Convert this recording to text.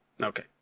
Okay